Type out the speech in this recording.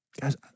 guys